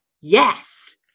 Yes